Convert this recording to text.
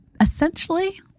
Essentially